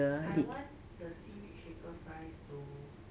I want the seaweed shaker fries though